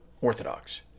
orthodox